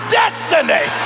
destiny